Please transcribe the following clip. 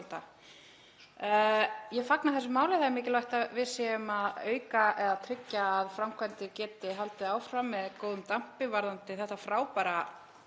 Ég fagna þessu máli. Það er mikilvægt að við séum að tryggja að framkvæmdir geti haldið áfram með góðum dampi varðandi þetta frábæra